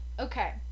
Okay